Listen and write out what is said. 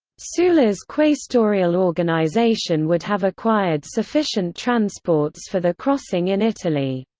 sulla's quaestorial organization would have acquired sufficient transports for the crossing in italy.